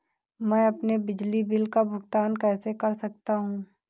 मैं अपने बिजली बिल का भुगतान कैसे कर सकता हूँ?